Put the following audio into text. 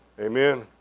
Amen